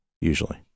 Usually